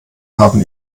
haben